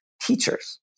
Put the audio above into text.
teachers